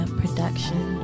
production